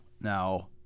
Now